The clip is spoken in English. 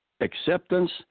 acceptance